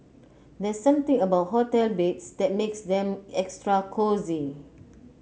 there's something about hotel beds that makes them extra cosy